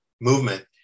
movement